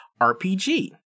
RPG